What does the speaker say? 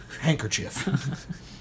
handkerchief